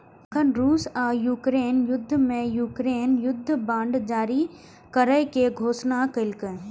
एखन रूस आ यूक्रेन युद्ध मे यूक्रेन युद्ध बांड जारी करै के घोषणा केलकैए